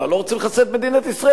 אנחנו לא רוצים לחסל את מדינת ישראל,